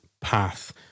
path